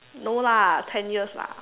no lah ten years lah